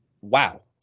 wow